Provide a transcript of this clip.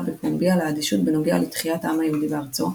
בפומבי על האדישות בנוגע לתחיית העם היהודי בארצו,